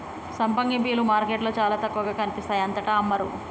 సంపంగి పూలు మార్కెట్లో చాల తక్కువగా కనిపిస్తాయి అంతటా అమ్మరు